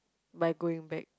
by going back